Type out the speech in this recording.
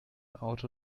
auto